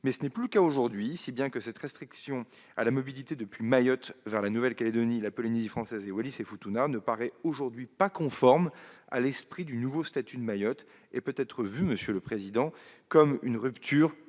ce n'est plus cas aujourd'hui, si bien que cette restriction à la mobilité depuis Mayotte vers la Nouvelle-Calédonie, la Polynésie française et Wallis-et-Futuna, ne paraît aujourd'hui pas conforme à l'esprit du nouveau statut de Mayotte et peut être vue comme une rupture